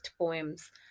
poems